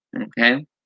Okay